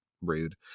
rude